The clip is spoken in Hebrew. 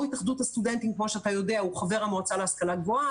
יושב ראש התאחדות הסטודנטים הוא חבר המועצה להשכלה גבוהה,